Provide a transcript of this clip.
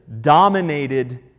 dominated